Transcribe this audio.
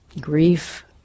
grief